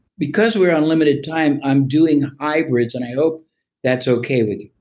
because we're on limited time, i'm doing hybrids and i hope that's okay with you.